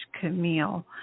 Camille